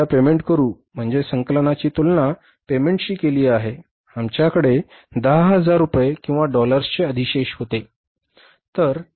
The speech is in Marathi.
आणि आम्ही उद्या पेमेंट करू म्हणजे संकलनाची तुलना पेमेंटशी केली की आमच्याकडे 10000 रुपये किंवा डॉलर्सचे अधिशेष होते